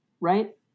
right